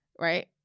right